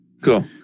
cool